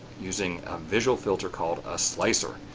using a visual filter called a slicer.